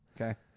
Okay